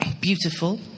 beautiful